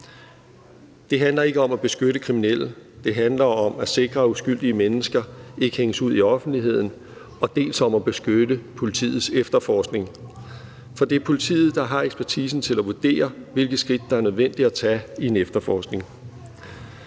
Det handler ikke om at beskytte kriminelle. Det handler dels om at sikre, at uskyldige mennesker ikke hænges ud i offentligheden, dels om at beskytte politiets efterforskning. For det er politiet, der har ekspertisen til at vurdere, hvilke skridt der er nødvendige at tage i en efterforskning.